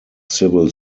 civil